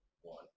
one